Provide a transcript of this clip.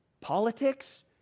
politics